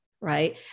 Right